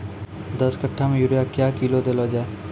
दस कट्ठा मे यूरिया क्या किलो देलो जाय?